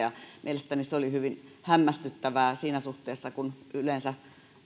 mielestäni se oli hyvin hämmästyttävää siinä suhteessa kun yleensä